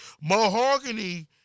Mahogany